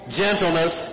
gentleness